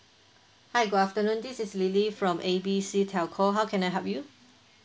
hi good afternoon this is lily from A B C telco how can I help you